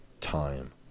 time